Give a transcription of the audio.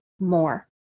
more